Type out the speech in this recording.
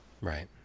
Right